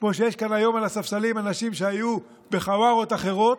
כמו שיש כאן היום על הספסלים אנשים שהיו בחווארות אחרות,